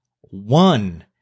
one